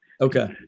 Okay